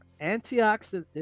Antioxidant